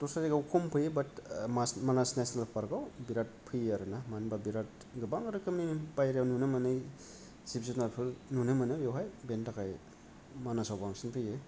दस्रा जायगायाव खम फैयो बाद मानास नेसनेल फार्काव बेराद फैयो आरोना मानहोनबा बेराद गोबां रोखोमनि बायह्रयाव नुनो मोनै जिब जुनारफोर नुनो मोनो बेयावहाय बेनिथाखाय मानासाव बांसिन फैयो